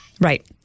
right